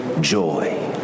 joy